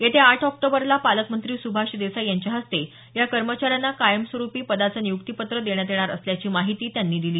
येत्या आठ ऑक्टोबरला पालकमंत्री सुभाष देसाई यांच्या हस्ते या कर्मचाऱ्यांना कायमस्वरुपी पदाचे नियुक्तीपत्र देण्यात येणार असल्याची माहिती त्यांनी दिली